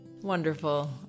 Wonderful